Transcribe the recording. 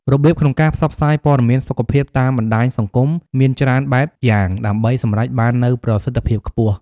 របៀបក្នុងការផ្សព្វផ្សាយព័ត៌មានសុខភាពតាមបណ្តាញសង្គមមានច្រើនបែបយ៉ាងដើម្បីសម្រេចបាននូវប្រសិទ្ធភាពខ្ពស់។